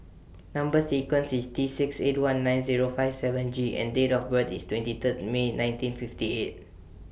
Number sequence IS T six eight one nine Zero five seven G and Date of birth IS twenty Third May nineteen fifty eight